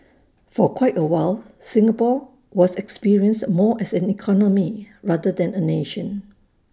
for quite A while Singapore was experienced more as an economy rather than A nation